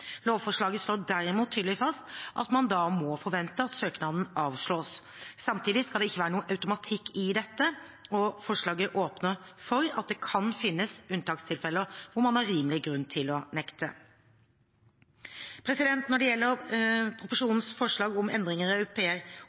Lovforslaget slår derimot tydelig fast at man da må forvente at søknaden avslås. Samtidig skal det ikke være automatikk i dette, og forslaget åpner for at det kan finnes unntakstilfeller hvor man har rimelig grunn til å nekte. Når det gjelder proposisjonens forslag om endringer i